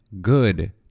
good